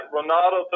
Ronaldo